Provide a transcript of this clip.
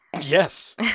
Yes